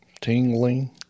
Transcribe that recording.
tingling